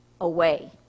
away